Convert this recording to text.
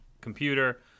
computer